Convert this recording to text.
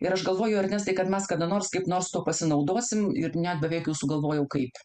ir aš galvoju ernestai kad mes kada nors kaip nors tuo pasinaudosim ir net beveik jau sugalvojau kaip